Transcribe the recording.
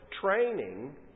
Training